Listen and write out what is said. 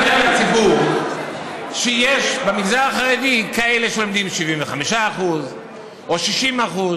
אתה לא יודע כדי לספר לציבור שיש במגזר החרדי כאלה שלומדים 75% או 60%,